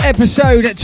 Episode